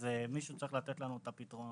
אז מישהו צריך לתת לנו את הפתרונות.